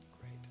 Great